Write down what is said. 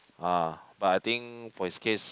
ah but I think for his case